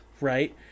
Right